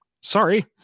sorry